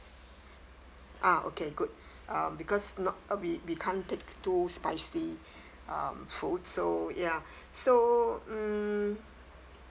uh okay good um because not uh we we can't take too spicy um food so ya so mm